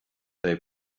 they